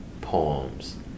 poems